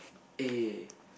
eh